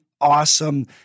awesome